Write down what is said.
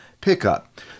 pickup